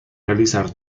realizar